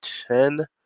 ten